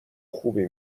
خوبی